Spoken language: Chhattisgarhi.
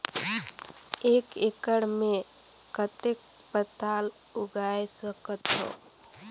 एक एकड़ मे कतेक पताल उगाय सकथव?